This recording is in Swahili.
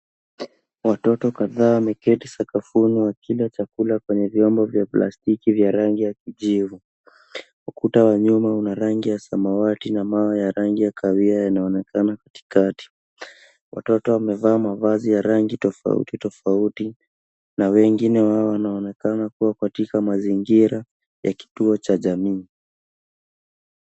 Watoto kadhaa wameketi sakafuni wakila chakula kwenye vyombo vya plastiki vya rangi ya kijivu. Ukuta wa nyuma una rangi ya samawati na mawe ya rangi ya kahawia yanaonekana katikati. Watoto wamevaa mavazi ya rangi tofauti tofauti na wengine wao wanaonekana kuwa katika mazingira ya kituo cha jamii.